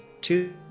two